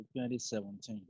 2017